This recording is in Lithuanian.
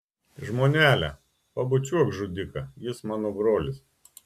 žmonele pabučiuok žudiką jis mano brolis